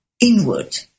inward